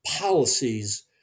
policies